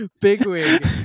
Bigwig